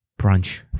brunch